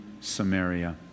Samaria